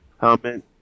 helmet